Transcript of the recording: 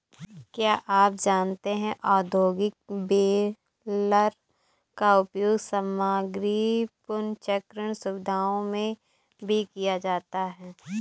क्या आप जानते है औद्योगिक बेलर का उपयोग सामग्री पुनर्चक्रण सुविधाओं में भी किया जाता है?